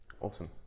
Awesome